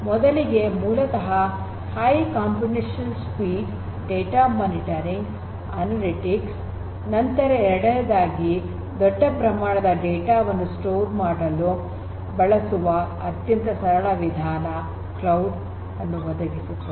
ಮೊದಲಿಗೆ ಮೂಲತಃ high computational speed data monitoring ಮತ್ತು ಅನಲಿಟಿಕ್ಸ್ ನಂತರ ಎರಡನೆಯದಾಗಿ ದೊಡ್ಡ ಪ್ರಮಾಣದ ಡೇಟಾ ವನ್ನು ಸಂಗ್ರಹಿಸಲು ಅತ್ಯಂತ ಸರಳ ವಿಧಾನವನ್ನು ಕ್ಲೌಡ್ ಒದಗಿಸುತ್ತದೆ